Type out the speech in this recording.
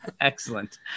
Excellent